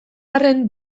arren